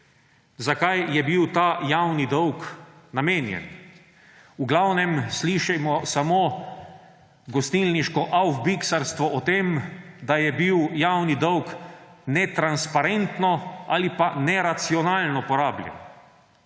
za kaj je bil ta javni dolg namenjen. V glavnem slišimo samo gostilniško aufbikarstvo o tem, da je bil javni dolg netransparentno ali pa neracionalno porabljen.